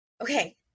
okay